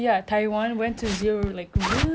but like how long could that last